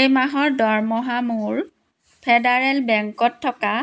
এই মাহৰ দৰমহা মোৰ ফেডাৰেল বেংকত থকা